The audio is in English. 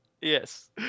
Yes